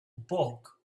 bulk